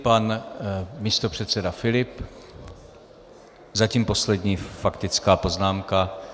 Pan místopředseda Filip, zatím poslední faktická poznámka.